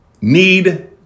need